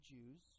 Jews